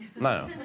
No